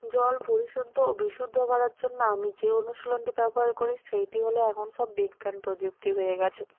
জল পরিশুদ্ধ ও বিশুদ্ধ করার জন্য আমি যে অনুশীলনটি ব্যবহার করি সেইটি হলো এখন সব বিজ্ঞান প্রযুক্তি হয়ে গেছে